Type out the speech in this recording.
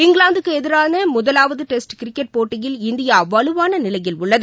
இங்கிலாந்துக்குஎதிரானமுதாலவதுடெஸ்ட் cricket போட்டியில் இந்தியாவலுவானநிலையில் உள்ளகு